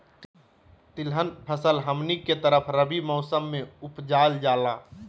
तिलहन फसल हमनी के तरफ रबी मौसम में उपजाल जाला